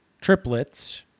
triplets